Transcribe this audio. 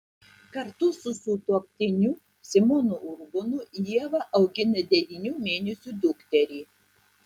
kartu su sutuoktiniu simonu urbonu ieva augina devynių mėnesių dukterį